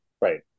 Right